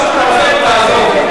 תעזוב,